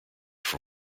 for